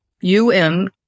UN